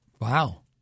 Wow